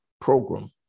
program